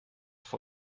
for